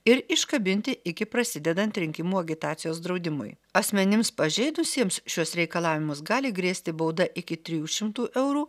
ir iškabinti iki prasidedant rinkimų agitacijos draudimui asmenims pažeidusiems šiuos reikalavimus gali grėsti bauda iki trijų šimtų eurų